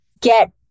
get